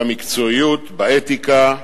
במקצועיות, באתיקה,